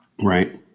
right